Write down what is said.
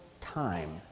time